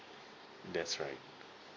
that's right